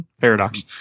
Paradox